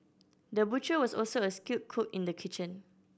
the butcher was also a skilled cook in the kitchen